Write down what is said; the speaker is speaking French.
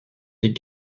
des